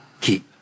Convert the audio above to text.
keep